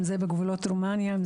אם זה בגבולות רומניה,